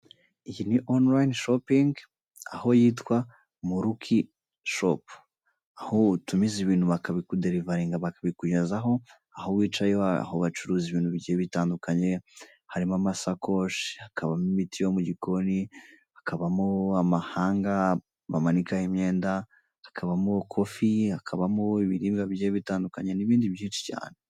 Iyi ni onirayini shopingi aho yitwa muruki shopu, aho utumiza ibintu bakabikuderivaringa bakabikugezaho aho wicaye aho bacuruza ibintu bigiye bitandukanye harimo amasakoshi, hakabamo imiti yo mu gikoni, hakabamo amahanga bamanikaho imyenda, hakabamo kofi, hakabamo ibiribwa bigiye bitandukanye n'ibindi byinshi cyane.